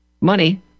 money